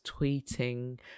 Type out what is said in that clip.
tweeting